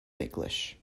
english